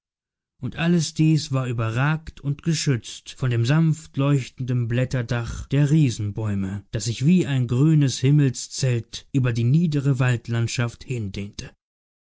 und alles dies war überragt und geschützt von dem sanft leuchtenden blätterdach der riesenbäume das sich wie ein grünes himmelszelt über die niedere waldlandschaft hindehnte